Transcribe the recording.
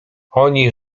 oni